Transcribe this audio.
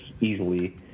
easily